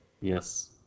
Yes